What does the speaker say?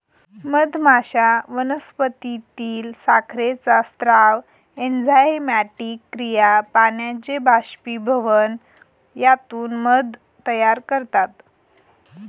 मधमाश्या वनस्पतीतील साखरेचा स्राव, एन्झाइमॅटिक क्रिया, पाण्याचे बाष्पीभवन यातून मध तयार करतात